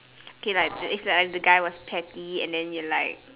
okay lah it's like if the guy was petty and then you're like